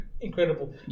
incredible